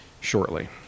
shortly